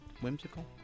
whimsical